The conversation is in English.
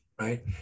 Right